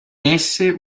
esse